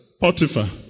Potiphar